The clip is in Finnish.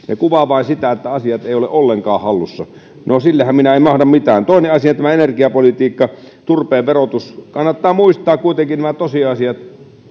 kuvaavat vain sitä että asiat eivät ole ollenkaan hallussa no sillehän minä en mahda mitään toinen asia energiapolitiikka turpeen verotus kannattaa muistaa kuitenkin tosiasiat